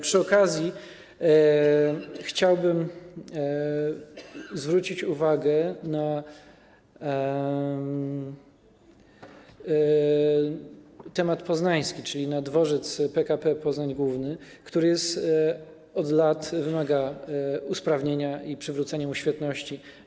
Przy okazji chciałbym zwrócić uwagę na temat poznański, czyli na dworzec PKP Poznań Główny, który od lat wymaga usprawnienia i przywrócenia mu świetności.